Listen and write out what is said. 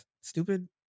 stupid